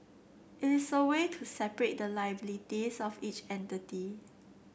it is a way to separate the liabilities of each entity